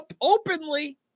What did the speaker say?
openly